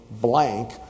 blank